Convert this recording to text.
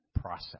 process